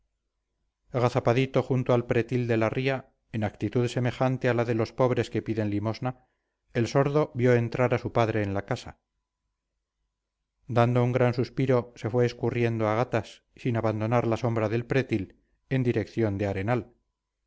churi agazapadito junto al pretil de la ría en actitud semejante a la de los pobres que piden limosna el sordo vio entrar a su padre en la casa dando un gran suspiro se fue escurriendo a gatas sin abandonar la sombra del pretil en dirección del arenal